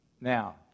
Now